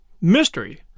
Mystery